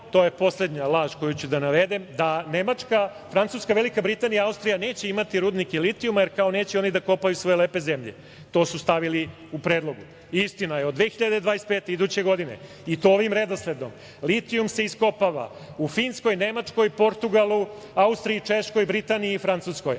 poslednja laž koju ću da navedem, da Nemačka, Francuska, Velika Britanija, Austrija neće imati rudnike litijuma, jer kao neće oni da kopaju svoje lepe zemlje. To su stavili u Predlog. Istina - od 2025. iduće godine, i to ovim redosledom, litijum se iskopava u Finskoj, Nemačkoj, Portugalu, Austriji, Češkoj, Britaniji, Francuskoj,